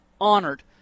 honored